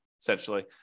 essentially